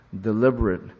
deliberate